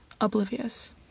oblivious